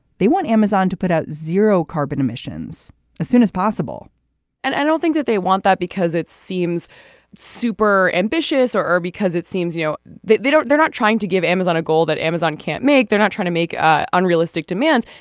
they want amazon to put out zero carbon emissions as soon as possible and i don't think that they want that because it seems super ambitious or or because it seems you know they they don't they're not trying to give amazon a goal that amazon can't make. they're not trying to make ah unrealistic demands.